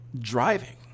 driving